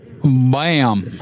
Bam